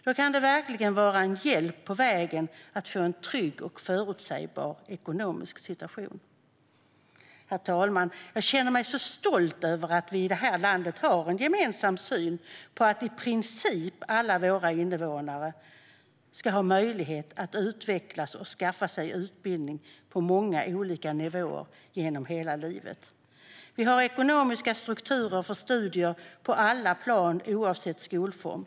Då kan det verkligen vara en hjälp på vägen att få en trygg och förutsägbar ekonomisk situation. Herr talman! Jag känner mig så stolt över att vi i det här landet har en gemensam syn på att i princip alla våra invånare ska ha möjlighet att utvecklas och skaffa sig utbildning på många olika nivåer genom hela livet. Vi har ekonomiska strukturer för studier på alla plan oavsett skolform.